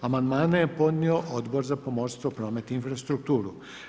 Amandmane je podnio Odbor za pomorstvo, promet i infrastrukturu.